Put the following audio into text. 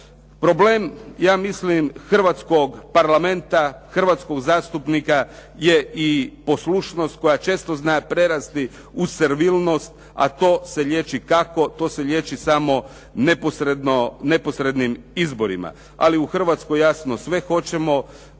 Problem Hrvatskog parlamenta, hrvatskog zastupnika je i poslušnost koja često zna prerasti u servilnost, a to se liječe kako, to se liječi samo neposrednim izborima. Ali u Hrvatskoj jasno sve hoćemo,